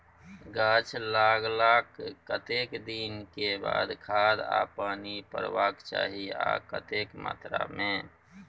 गाछ लागलाक कतेक दिन के बाद खाद आ पानी परबाक चाही आ कतेक मात्रा मे?